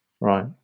Right